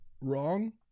wrong